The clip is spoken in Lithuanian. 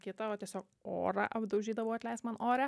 kita va tiesiog orą apdaužydavo atleisk man ore